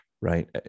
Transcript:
Right